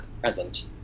present